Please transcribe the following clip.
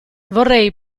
vorrei